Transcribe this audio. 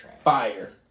Fire